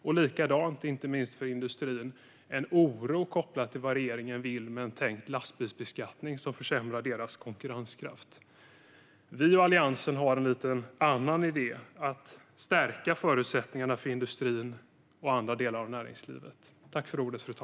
Även i industrin finns en oro kopplad till vad regeringen vill med en tänkt lastbilsbeskattning, som försämrar konkurrenskraften. Vi och Alliansen har en annan idé: att stärka förutsättningarna för industrin och andra delar av näringslivet.